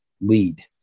lead